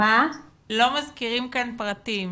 לא מזכירים כאן פרטים.